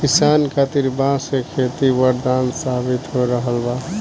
किसान खातिर बांस के खेती वरदान साबित हो रहल बा